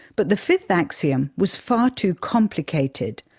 but the fifth axiom was far too complicated.